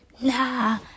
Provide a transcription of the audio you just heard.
nah